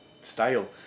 style